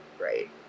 right